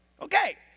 Okay